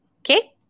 okay